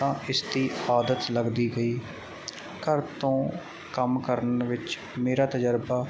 ਤਾਂ ਇਸਦੀ ਆਦਤ ਲੱਗਦੀ ਗਈ ਘਰ ਤੋਂ ਕੰਮ ਕਰਨ ਵਿੱਚ ਮੇਰਾ ਤਜਰਬਾ